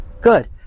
good